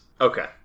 okay